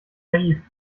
naiv